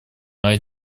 моя